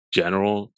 general